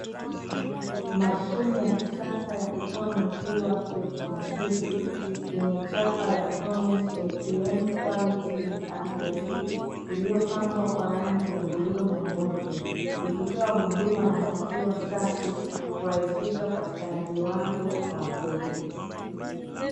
Mashine ya kisasa ya kutoa maziwa kiotomatiki yenye chapa ya promise ATM quality and accuracy iliyopambwa kwa rangi ya bluu na nyeupe ikitoa huduma ya maziwa safi kurahisisha upatikanaji wake kwa wateja.